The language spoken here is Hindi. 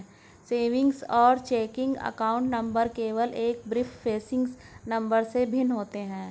सेविंग्स और चेकिंग अकाउंट नंबर केवल एक प्रीफेसिंग नंबर से भिन्न होते हैं